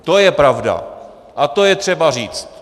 To je pravda a to je třeba říct.